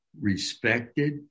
respected